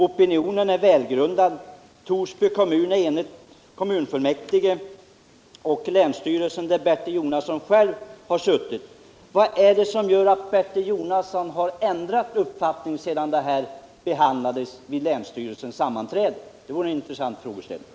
Opinionen är välgrundad, Torsby kommun är enig liksom kommunfullmäktige och länsstyrelsen där Bertil Jonasson själv har deltagit i beslutet och röstat mot en utbyggnad. Vad är det som gör att Bertil Jonasson har ändrat uppfattning sedan detta behandlades vid länsstyrelsens sammanträde? Det är en intressant frågeställning.